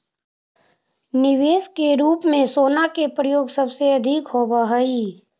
निवेश के रूप में सोना के प्रयोग सबसे अधिक होवऽ हई